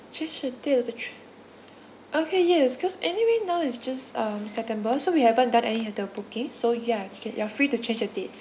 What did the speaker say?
change the date to okay yes cause anyway now it's just um september so we haven't done any of the booking so yeah you ca~ you are free to change the date